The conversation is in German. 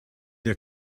der